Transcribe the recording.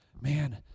man